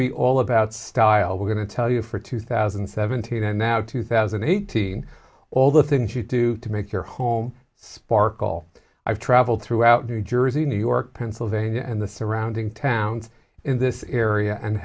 be all about style we're going to tell you for two thousand and seventeen and now two thousand and eighteen all the things you do to make your home sparkle i've traveled throughout new jersey new york pennsylvania and the surrounding towns in this area and